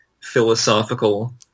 philosophical